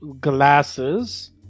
glasses